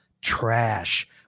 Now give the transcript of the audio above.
Trash